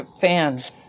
fan